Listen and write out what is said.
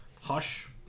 Hush